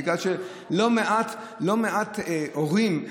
בגלל שלא מעט הורים,